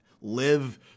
live